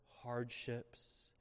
hardships